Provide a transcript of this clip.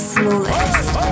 Smallest